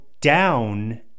down